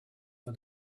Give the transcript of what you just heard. for